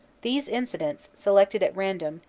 these incidents, selected at random,